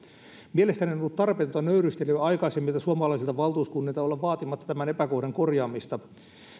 mielestäni on ollut tarpeetonta nöyristelyä aikaisemmilta suomalaisilta valtuuskunnilta olla vaatimatta tämän epäkohdan korjaamista